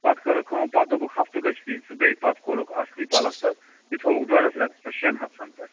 پَتہٕ کٔرٕکھ کٲم پتہٕ دوٚپُکھ ہفتہٕ گٔژھِتھ یِیہِ زِ ژٕ بیٚیہِ پتہٕ کوٚرُکھ اَتھ اَصلی پَلَستَر یہِ تھوٚوُکھ ڈوٚڈَس رٮ۪تَس پٮ۪ٹھ شیٚن ہفتَن پٮ۪ٹھ